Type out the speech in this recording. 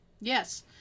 Yes